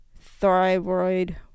Thyroid